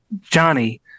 johnny